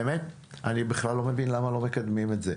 האמת, אני בכלל לא מבין למה לא מקדמים את זה.